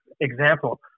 example